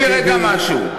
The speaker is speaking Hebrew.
תקשיב לי רגע למשהו.